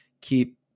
keep